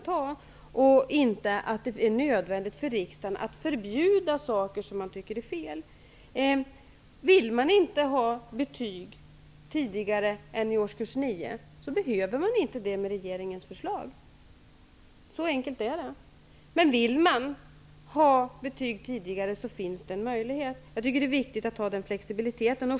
Det är inte nödvändigt för riksdagen att förbjuda saker som man tycker är fel. behöver man inte det enligt regeringens förslag. Så enkelt är det. Men vill man ha betyg tidigare finns den möjligheten. Jag tycker att det är viktigt att ha den flexibiliteten.